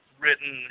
written